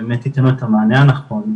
שבאמת ייתן לו את המענה הנכון,